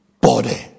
body